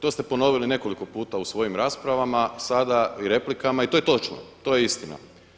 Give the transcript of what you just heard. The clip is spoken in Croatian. To ste ponovili nekoliko puta u svojim raspravama sada i replikama i to je točno, to je istina.